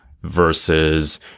versus